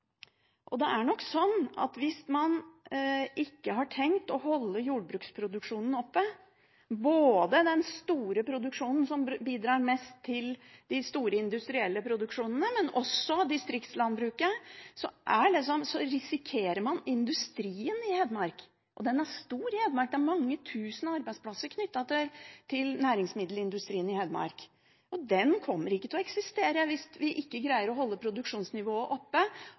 Det er nok sånn at hvis man ikke har tenkt å holde jordbruksproduksjonen oppe – både den store produksjonen som bidrar mest til de store industrielle produksjonene, og distriktslandbruket – risikerer man industrien i Hedmark. Og den er stor – det er mange tusen arbeidsplasser knyttet til næringsmiddelindustrien i Hedmark. Den kommer ikke til å eksistere hvis vi ikke greier å holde produksjonsnivået oppe